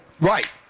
Right